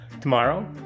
Tomorrow